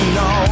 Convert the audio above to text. no